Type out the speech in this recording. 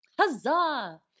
Huzzah